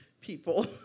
people